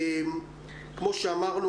כמו שאמרנו,